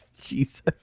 Jesus